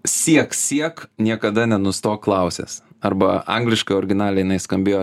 siek siek niekada nenustok klausęs arba angliškai originaliai jinai skambėjo